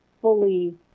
fully